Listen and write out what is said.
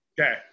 okay